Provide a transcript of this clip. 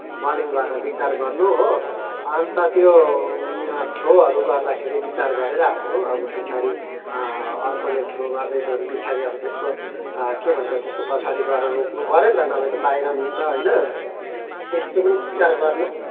bowling गर्दा विचार गर्नु हो अन्त त्यो थ्रोहरू गर्दाखेरि विचार गरेर हान्नु अब पछाडि अर्कोले थ्रो गर्दैछ भने पछाडि त्यसको के भन्छ त्यसको पछाडि गएर रोक्नुपऱ्यो नि त नभए त बाई रन हुन्छ होइन त्यस्तो पनि विचार गर्नु